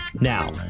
Now